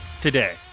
today